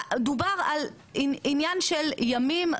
דובר על עניין של ימים,